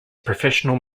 professional